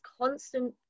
constant